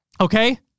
Okay